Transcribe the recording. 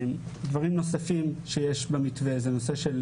דברים נוספים שיש במתווה הזה: הנושא של